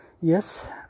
Yes